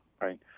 right